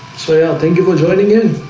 so yeah, thank you for joining in